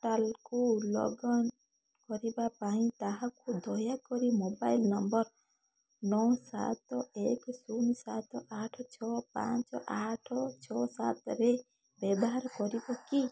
ପୋର୍ଟାଲକୁ ଲଗ୍ଅନ୍ କରିବା ପାଇଁ ତାହାକୁ ଦୟାକରି ମୋବାଇଲ୍ ନମ୍ବର୍ ନଅ ସାତ ଏକ ଶୂନ ସାତ ଆଠ ଛଅ ପାଞ୍ଚ ଆଠ ଛଅ ସାତରେ ବ୍ୟବହାର କରିବ କି